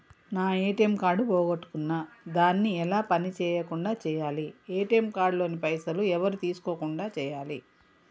నా ATM card పోగొట్టుకున్నా దాన్ని ఎలా పని చేయకుండా చేయాలి ఏ.టి.ఎమ్ కార్డు లోని పైసలు ఎవరు తీసుకోకుండా చేయాలి?